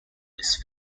these